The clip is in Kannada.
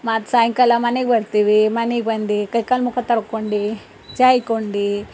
ಮತ್ತು ಸಾಯಂಕಾಲ ಮನೆಗೆ ಬರ್ತೀವಿ ಮನೆಗೆ ಬಂದು ಕೈಕಾಲು ಮುಖ ತೊಳ್ಕೊಂಡು ಚಹಾ ಕೊಂಡಿ